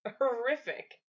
horrific